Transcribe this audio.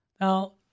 Now